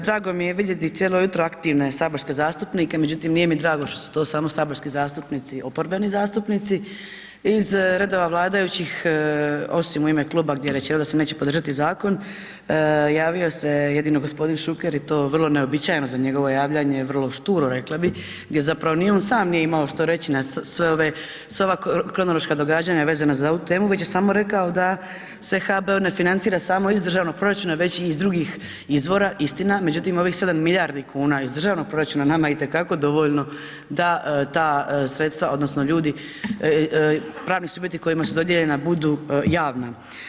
Drago mi je vidjeti cijelo jutro aktivno saborske zastupnike, međutim nije mi drago što su to samo saborski zastupnici, oporbeni zastupnici, iz redova vladajućih osim u ime kluba gdje večeras neće podržati zakon, javio se jedino g. Šuker i to vrlo neuobičajeno za njegovo javljanje, vrlo šturo rekla bi, gdje zapravo ni on sam nije imao što reći na sva ova kronološka događanja vezana za ovu temu već je samo rekao da se HBOR ne financira samo iz državnog proračuna već i iz drugih izvora, istina, međutim ovih 7 milijardi kuna iz državnog proračuna nama je itekako dovoljno da ta sredstva odnosno ljudi, pravni subjekti kojima su dodijeljena budu javna.